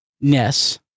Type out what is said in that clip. Ness